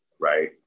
Right